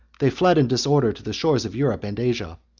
they fled in disorder to the shores of europe and asia,